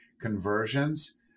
conversions